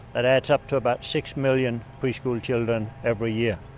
that adds up to about six million preschool children every year.